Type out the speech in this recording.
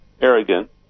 arrogant